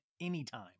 anytime